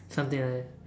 something like that